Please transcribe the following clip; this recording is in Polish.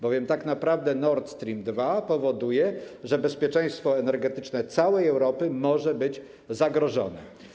Bowiem tak naprawdę Nord Stream 2 powoduje, że bezpieczeństwo energetyczne całej Europy może być zagrożone.